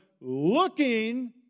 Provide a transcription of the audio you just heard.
looking